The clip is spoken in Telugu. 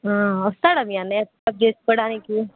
వస్తాడా మీ అన్నయ్య పికప్ చేసుకోవడానికి